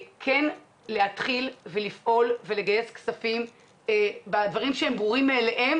להתחיל לפעול ולגייס כספים בדברים שהם ברורים מאליהם